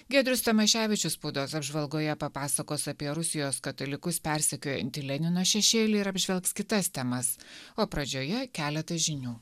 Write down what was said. giedrius tamaševičius spaudos apžvalgoje papasakos apie rusijos katalikus persekiojantį lenino šešėlį ir apžvelgs kitas temas o pradžioje keletas žinių